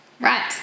Right